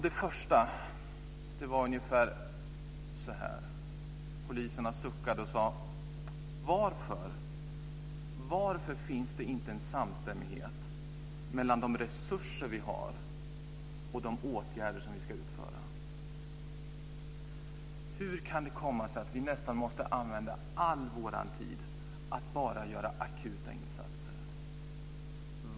Det första var när poliserna suckade och sade: Varför finns det inte en samstämmighet mellan de resurser vi har och de åtgärder som vi ska utföra? Hur kan det komma sig att vi måste använda nästan all vår tid till att göra akuta insatser?